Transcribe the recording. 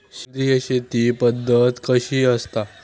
सेंद्रिय शेती पद्धत कशी असता?